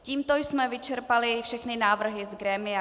Tímto jsme vyčerpali všechny návrhy z grémia.